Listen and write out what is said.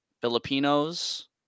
Filipinos